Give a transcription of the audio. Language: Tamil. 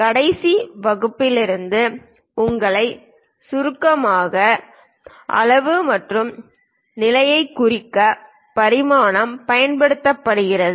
கடைசி வகுப்புகளிலிருந்து உங்களைச் சுருக்கமாகச் சுருக்கமாக அளவு மற்றும் நிலையைக் குறிக்க பரிமாணம் பயன்படுத்தப்படுகிறது